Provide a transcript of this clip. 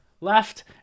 left